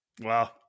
Wow